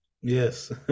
Yes